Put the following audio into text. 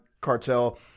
cartel